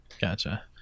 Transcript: Gotcha